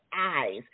eyes